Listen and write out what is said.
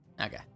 Okay